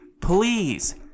Please